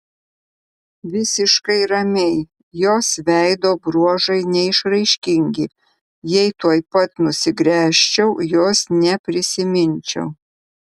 visiškai ramiai jos veido bruožai neišraiškingi jei tuoj pat nusigręžčiau jos neprisiminčiau